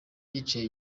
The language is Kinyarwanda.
yicaye